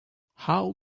how